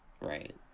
Right